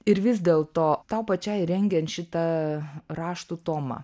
ir vis dėlto tau pačiai rengiant šitą raštų tomą